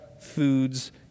foods